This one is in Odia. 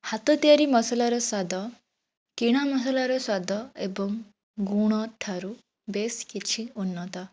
ହାତ ତିଆରି ମସଲାର ସ୍ୱାଦ କିଣା ମସଲାର ସ୍ୱାଦ ଏବଂ ଗୁଣଠାରୁ ବେସ୍ କିଛି ଉନ୍ନତ